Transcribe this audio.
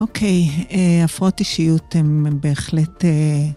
אוקיי, הפרעות אישיות הן בהחלט...